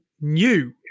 new